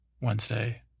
Wednesday